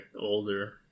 older